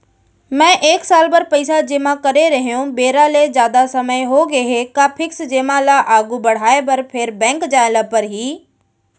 मैं एक साल बर पइसा जेमा करे रहेंव, बेरा ले जादा समय होगे हे का फिक्स जेमा ल आगू बढ़ाये बर फेर बैंक जाय ल परहि?